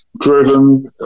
driven